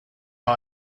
how